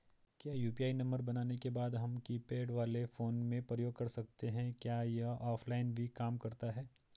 क्या UPI number बनाने के बाद हम कीपैड वाले फोन में प्रयोग कर सकते हैं क्या यह ऑफ़लाइन भी काम करता है?